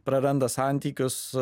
praranda santykius